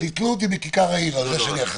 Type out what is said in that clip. אז ייתלו אותי בכיכר העיר, על זה שאני אחראי.